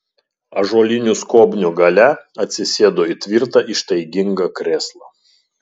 ąžuolinių skobnių gale atsisėdo į tvirtą ištaigingą krėslą